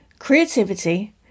creativity